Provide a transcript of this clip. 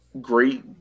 great